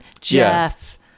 Jeff